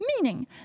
Meaning